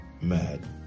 mad